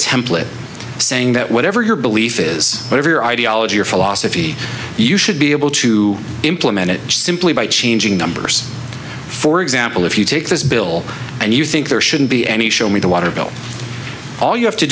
template saying that whatever your belief is whatever your ideology or philosophy you should be able to implement it simply by changing numbers for example if you take this bill and you think there shouldn't be any show me the water bill all you have to